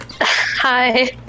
Hi